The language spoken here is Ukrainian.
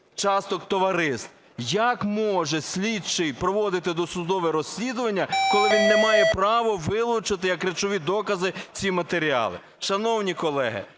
часток товариств. Як може слідчий проводити досудове розслідування, коли він не має права вилучити як речові докази ці матеріали? Шановні колеги,